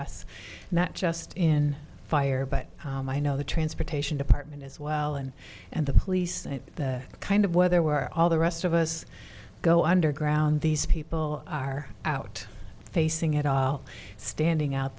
us not just in fire but i know the transportation department as well and and the police and kind of where there were all the rest of us go underground these people are out facing it all standing out